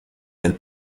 del